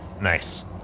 Nice